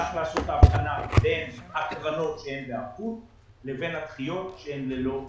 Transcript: צריך לעשות את ההבחנה בין הקרנות שהן בערבות לבין הדחיות שהן ללא ערבות.